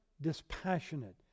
dispassionate